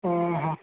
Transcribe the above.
ଓହୋ